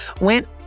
went